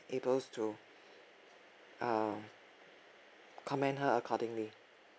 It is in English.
able to uh commend her accordingly